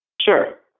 Sure